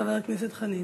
וחבר הכנסת חנין.